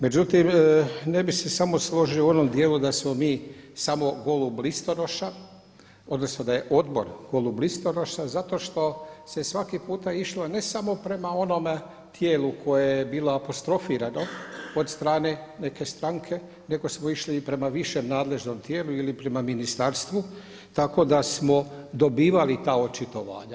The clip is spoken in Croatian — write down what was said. Međutim, ne bih se samo složio u onom dijelu da smo mi samo golub listonoša, odnosno da je odbor golub listonoša zato što se svaki puta išlo ne samo prema onome tijelu koje je bilo apostrofirano od strane neke stranke nego smo išli i prema višem nadležnom tijelu ili prema ministarstvu tako da smo dobivali ta očitovanja.